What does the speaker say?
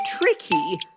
tricky